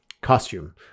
costume